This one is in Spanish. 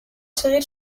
seguir